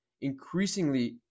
increasingly